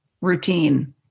routine